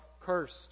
cursed